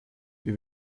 wie